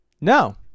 No